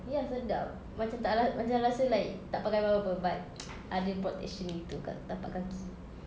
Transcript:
ya sedap macam tak ra~ macam rasa like tak pakai apa apa but ada protection gitu dekat tapak kaki